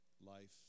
life